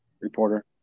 reporter